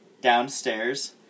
downstairs